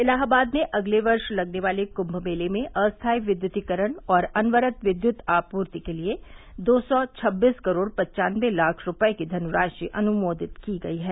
इलाहाबाद में अगले वर्ष लगने वाले कुंम मेले में अस्थायी विद्युतीकरण और अनक्रत विद्युत आपूर्ति के लिए दो सौ छब्बीस करोड़ पंचानवे लाख रूपये की धनराशि अनुमोदित की गई है